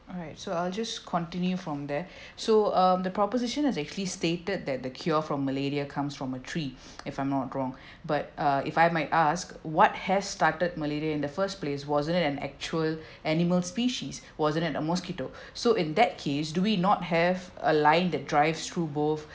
alright so I'll just continue from there so um the proposition actually stated that the cure for malaria comes from a tree if I'm not wrong but uh if I might ask what has started malaria in the first place wasn't it an actual animal species wasn't it a mosquito so in that case do we not have a line the drives through both